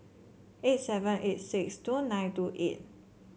eight seven eight six two nine two eight